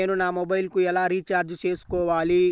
నేను నా మొబైల్కు ఎలా రీఛార్జ్ చేసుకోవాలి?